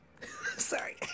Sorry